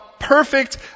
perfect